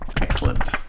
excellent